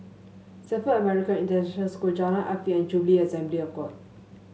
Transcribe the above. Stamford American International School Jalan Afifi and Jubilee Assembly of God